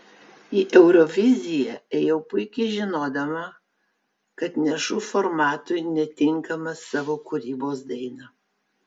į euroviziją ėjau puikiai žinodama kad nešu formatui netinkamą savo kūrybos dainą